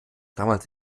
damals